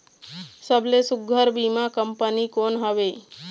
सबले सुघ्घर बीमा कंपनी कोन हवे?